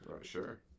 Sure